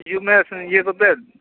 ᱦᱤᱡᱩ ᱢᱮ ᱤᱭᱟᱹ ᱠᱚᱛᱮ